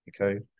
okay